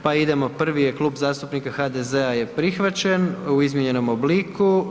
Pa idemo, prvi je Klub zastupnika HDZ-a je prihvaćen u izmijenjenom obliku.